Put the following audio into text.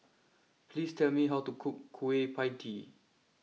please tell me how to cook Kueh Pie Tee